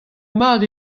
mat